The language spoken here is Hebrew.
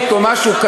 השם לא עוזר בדברים